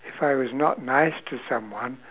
if I was not nice to someone